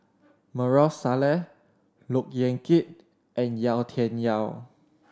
Maarof Salleh Look Yan Kit and Yau Tian Yau